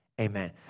amen